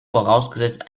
vorausgesetzt